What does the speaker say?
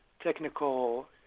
technical